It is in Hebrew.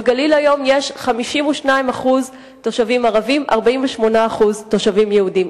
בגליל יש היום 52% תושבים ערבים ו-48% תושבים יהודים.